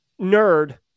nerd